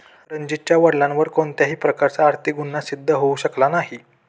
रणजीतच्या वडिलांवर कोणत्याही प्रकारचा आर्थिक गुन्हा सिद्ध होऊ शकला नाही